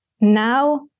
now